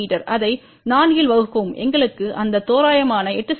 me அதை 4 ஆல் வகுக்கவும் எங்களுக்கு அந்த தோராயமாக 8 செ